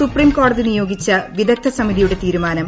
supreme കോടതി നിയോഗിച്ച വിദഗ്ധ സമിതിയുടെ തീരുമാനം